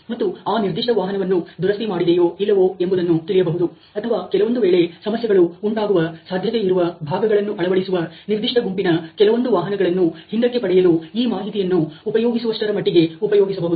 ಮತ್ತು ಆ ನಿರ್ದಿಷ್ಟ ವಾಹನವನ್ನು ದುರಸ್ತಿ ಮಾಡಿದೆಯೋ ಇಲ್ಲವೋ ಎಂಬುದನ್ನು ತಿಳಿಯಬಹುದು ಅಥವಾ ಕೆಲವೊಂದು ವೇಳೆ ಸಮಸ್ಯೆಗಳು ಉಂಟಾಗುವ ಸಾಧ್ಯತೆ ಇರುವ ಭಾಗಗಳನ್ನು ಅಳವಡಿಸುವ ನಿರ್ದಿಷ್ಟ ಗುಂಪಿನ ಕೆಲವೊಂದು ವಾಹನಗಳನ್ನು ಹಿಂದಕ್ಕೆ ಪಡೆಯಲು ಈ ಮಾಹಿತಿಯನ್ನು ಉಪಯೋಗಿಸುವಷ್ಟರ ಮಟ್ಟಿಗೆ ಉಪಯೋಗಿಸಬಹುದು